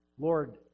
Lord